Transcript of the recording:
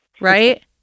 Right